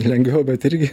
lengviau bet irgi